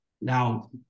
Now